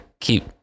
keep